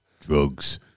Drugs